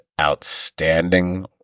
outstanding